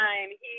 he-